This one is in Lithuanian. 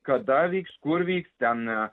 kada vyks kur vyks ten